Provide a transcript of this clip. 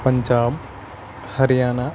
Punjab Haryana